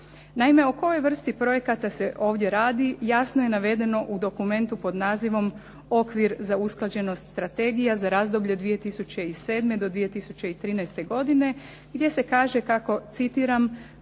Naime, o kojoj vrsti projekata se ovdje radi jasno je navedeno u dokumentu pod nazivom "Okvir za usklađenost strategija za razdoblje 2007.-2013. godine" gdje se kaže kako, citiram